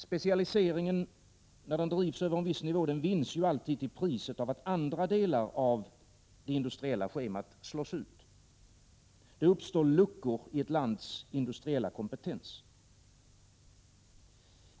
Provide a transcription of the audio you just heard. Specialiseringen vinns, när den drivs över en viss nivå, alltid till priset av att andra delar av det industriella schemat slås ut. Det uppstår luckor i ett lands industriella kompetens.